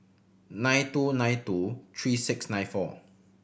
nine two nine two three six nine four